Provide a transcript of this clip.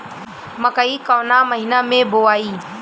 मकई कवना महीना मे बोआइ?